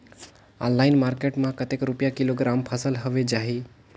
Online market मां कतेक रुपिया किलोग्राम फसल हवे जाही?